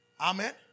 Amen